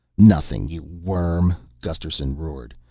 nothing, you worm! gusterson roared,